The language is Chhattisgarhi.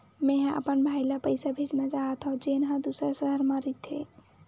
मेंहा अपन भाई ला पइसा भेजना चाहत हव, जेन हा दूसर शहर मा रहिथे